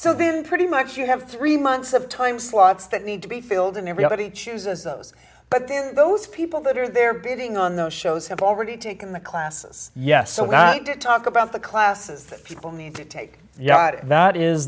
so then pretty much you have three months of time slots that need to be filled and everybody chooses those but then those people that are there bidding on those shows have already taken the classes yes so got to talk about the classes that people need to take yeah that is